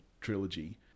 trilogy